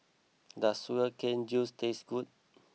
does Sugar Cane Juice taste good